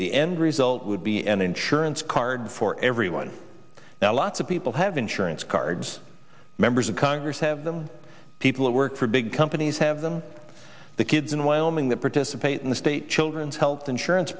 the end result would be an insurance card for everyone now lots of people have insurance cards members of congress have them people who work for big companies have them the kids in wyoming that participate in the state children's health insurance